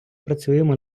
працюємо